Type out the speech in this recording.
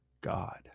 God